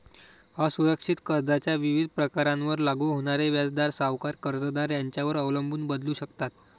असुरक्षित कर्जाच्या विविध प्रकारांवर लागू होणारे व्याजदर सावकार, कर्जदार यांच्यावर अवलंबून बदलू शकतात